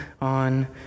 on